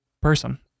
person